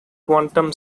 quantum